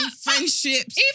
friendships